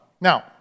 Now